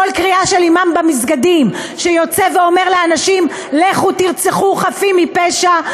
כל קריאה של אימאם במסגדים שיוצא ואומר לאנשים: לכו תרצחו חפים מפשע,